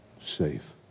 safe